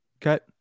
Cut